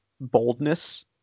boldness